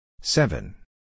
Seven